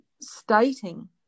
stating